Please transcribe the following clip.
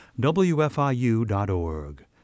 wfiu.org